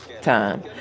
time